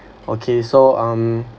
okay so um